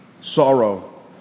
sorrow